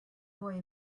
boy